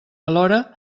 alhora